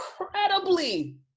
Incredibly